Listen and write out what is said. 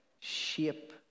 shape